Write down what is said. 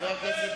מחבל.